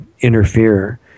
interfere